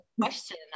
question